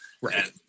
right